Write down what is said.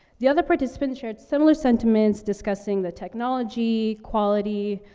the other participant shared similar sentiments, discussing the technology, quality,